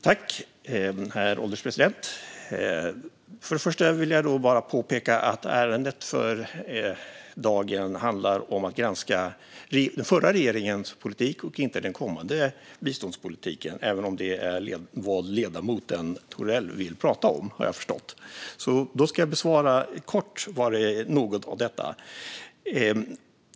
Herr ålderspresident! Först och främst vill jag bara påpeka att ärendet för dagen handlar om att granska den förra regeringens politik och inte den kommande biståndspolitiken, även om jag har förstått att det är vad ledamoten Thorell vill prata om. Då ska jag kort besvara något av detta.